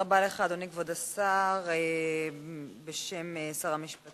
תודה רבה לך, אדוני כבוד השר, בשם שר המשפטים.